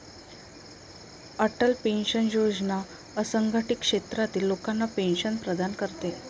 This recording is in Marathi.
अटल पेन्शन योजना असंघटित क्षेत्रातील लोकांना पेन्शन प्रदान करते